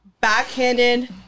backhanded